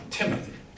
Timothy